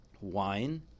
wine